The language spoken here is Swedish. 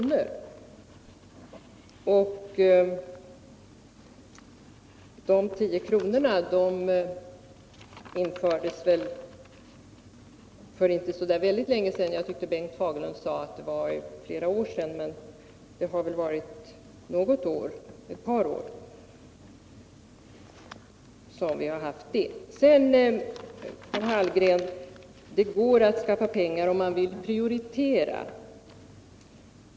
För övrigt infördes väl de 10 kronorna för inte så särskilt länge sedan. Jag tyckte att Bengt Fagerlund sade att det var för flera år sedan. Sedan säger Karl Hallgren att det går att skaffa pengar om man vill prioritera.